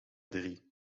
drie